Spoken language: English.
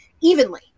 evenly